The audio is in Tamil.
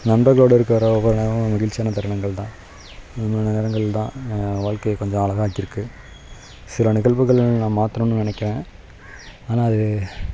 நண்பர்களோடு இருக்கிற ஒவ்வொரு நேரமும் மகிழ்ச்சியான தருணங்கள் தான் இது மாதிரி நேரங்கள் தான் என் வாழ்க்கையை கொஞ்சம் அழகாக்கிருக்கு சில நிகழ்வுகள் நான் மாற்றணுன்னு நினைக்கிறேன் ஆனால் அது